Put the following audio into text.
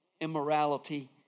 immorality